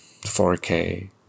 4k